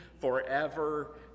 forever